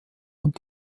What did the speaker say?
und